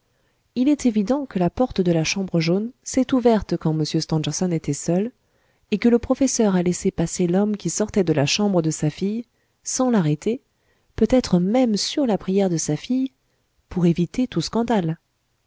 il est évident que la porte de la chambre jaune s'est ouverte quand m stangerson était seul et que le professeur a laissé passer l'homme qui sortait de la chambre de sa fille sans l'arrêter peut-être même sur la prière de sa fille pour éviter tout scandale